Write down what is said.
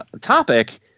topic